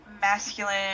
masculine